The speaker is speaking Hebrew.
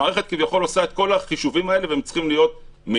המערכת כביכול עושה את כל החישובים האלה והם צריכים להיות מהירים.